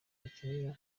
bakeneye